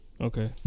Okay